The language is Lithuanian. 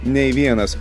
nei vienas